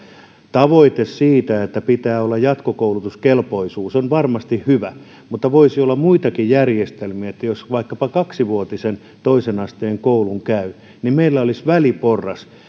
tavoite siitä että pitää olla jatkokoulutuskelpoisuus on varmasti hyvä mutta voisi olla muitakin järjestelmiä että jos vaikkapa kaksivuotisen toisen asteen koulun käy niin meillä olisi väliporras